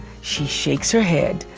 she shakes her head.